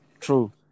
True